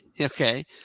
Okay